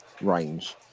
range